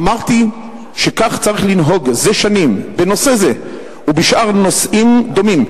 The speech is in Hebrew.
אמרתי שכך צריך לנהוג זה שנים בנושא זה ובשאר נושאים דומים,